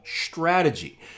strategy